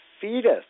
fetus